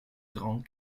grand